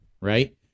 right